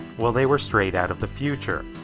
well they were straight out of the future.